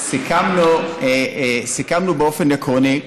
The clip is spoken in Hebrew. סיכמנו באופן עקרוני,